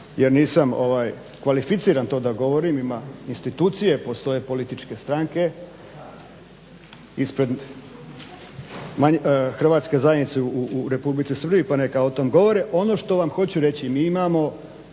jer nisam kvalificiran da to govorim. Ima institucije, postoje političke stranke ispred Hrvatske zajednice u Republici Srbiji pa neka o tome govore. Ono što vam hoću reći mi imamo